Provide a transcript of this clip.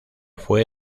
fue